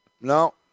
No